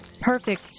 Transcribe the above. perfect